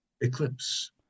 eclipse